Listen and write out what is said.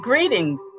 Greetings